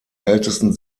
ältesten